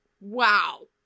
wow